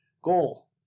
goal